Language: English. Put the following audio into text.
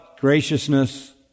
graciousness